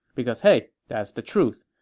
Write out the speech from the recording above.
because hey, that's the truth.